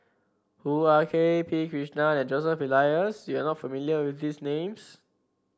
Hoo Ah Kay P Krishnan and Joseph Elias you are not familiar with these names